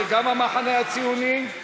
גם המחנה הציוני,